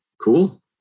cool